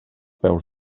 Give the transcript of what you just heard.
peus